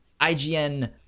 IGN